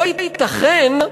לא ייתכן,